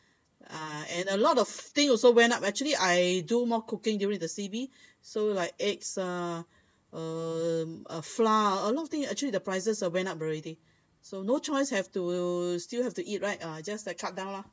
uh and a lot of things also went up actually I do more cooking during the C_B so like eggs ah uh uh flour a lot of thing actually the prices went up already so no choice have to still have to eat right uh just like cut down lah